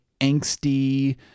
angsty